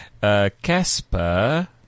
Casper